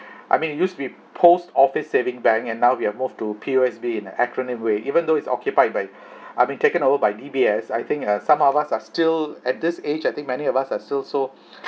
I mean used to be post office savings bank and now we are moved to P_O_S_B in the acronym way even though is occupied by I mean taken over by D_B_S I think uh some of us are still at this age I think many of us are still so